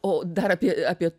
o dar apie apie